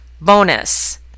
bonus